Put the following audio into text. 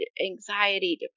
anxiety